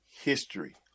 history